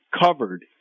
covered